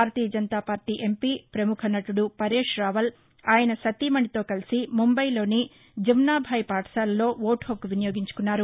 భారతీయ Janata Party MP ప్రముఖ నటుడు పరేశ్ రావల్ ఆయన సతీమణితో కలిసి ముంబైలోని జమ్నాభాయి పాఠశాలలో ఓటు హక్కు వినియోగించుకున్నారు